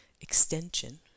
extension